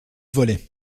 volets